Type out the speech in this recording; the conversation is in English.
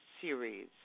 series